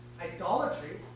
idolatry